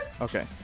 okay